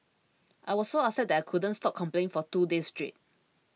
I was so upset that I couldn't stop complaining for two days straight